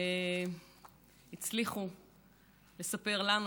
הצליחו לספר לנו,